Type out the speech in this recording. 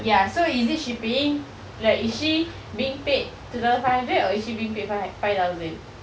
ya so it she paying like is she being paid two thousand five hundred or is she being paid five thousand